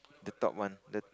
the top one the